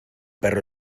perro